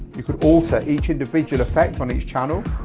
you can alter each individual effect on each channel.